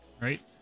right